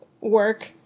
work